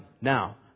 Now